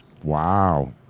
Wow